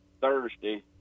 Thursday